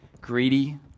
greedy